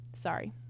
sorry